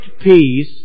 peace